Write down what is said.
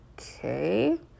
okay